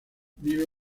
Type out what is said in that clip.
vive